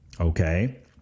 okay